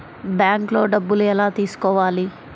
బ్యాంక్లో డబ్బులు ఎలా తీసుకోవాలి?